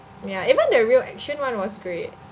ya even the real action one was great